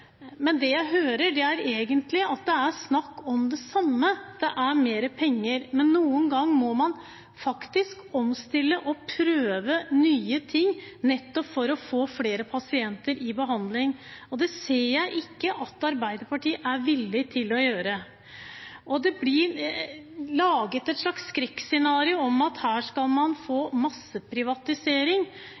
Men noen ganger må man faktisk omstille og prøve nye ting nettopp for å få flere pasienter i behandling. Det ser jeg ikke at Arbeiderpartiet er villig til å gjøre. Det blir laget et slags skrekkscenario om at her skal man få masse privatisering.